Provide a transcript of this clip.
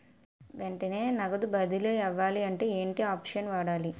వెంటనే నగదు బదిలీ అవ్వాలంటే ఏంటి ఆప్షన్ వాడాలి?